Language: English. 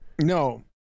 No